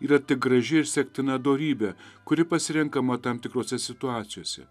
yra tik graži ir sektina dorybė kuri pasirenkama tam tikrose situacijose